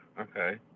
okay